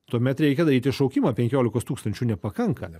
tuomet reikia daryti šaukimą penkiolikos tūkstančių nepakanka